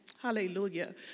Hallelujah